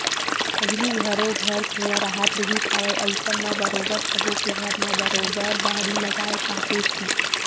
पहिली घरो घर कुँआ राहत रिहिस हवय अइसन म बरोबर सब्बो के घर म बरोबर बाड़ी लगाए पातेस ही